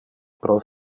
pro